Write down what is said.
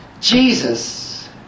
Jesus